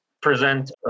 present